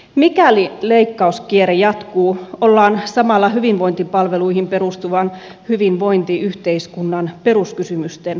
mikäli leikkauskierre jatkuu ollaan samalla hyvinvointipalveluihin perustuvan hyvinvointiyhteiskunnan peruskysymysten äärellä